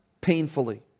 painfully